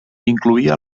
incloïa